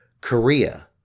Korea